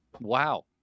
Wow